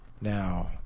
Now